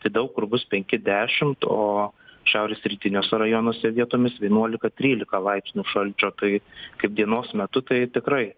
tai daug kur bus penki dešimt o šiaurės rytiniuose rajonuose vietomis vienuolika trylika laipsnių šalčio tai kaip dienos metu tai tikrai